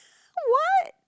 what